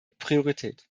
priorität